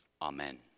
Amen